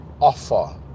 offer